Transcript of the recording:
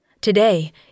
Today